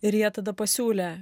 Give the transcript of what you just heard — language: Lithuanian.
ir jie tada pasiūlė